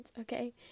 okay